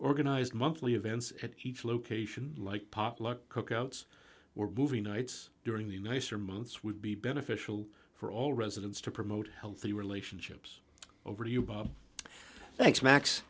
organized monthly events at each location like potluck cookouts were moving nights during the nicer months would be beneficial for all residents to promote healthy relationships over